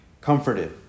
comforted